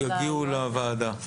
יודיעו לוועדה.